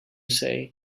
say